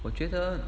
我觉得